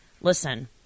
listen